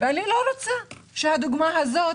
ואני לא רוצה שהדוגמה הזאת